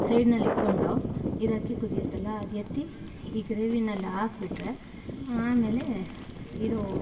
ಸೈಡ್ನಲ್ಲಿ ಇಕ್ಕೊಂಡು ಇದು ಅಕ್ಕಿ ಕುದಿಯುತ್ತಲ್ಲ ಅದು ಎತ್ತಿ ಈ ಗ್ರೇವಿಯಲ್ಲಿ ಹಾಕ್ಬಿಟ್ರೆ ಆಮೇಲೆ ಇದು